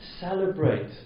celebrate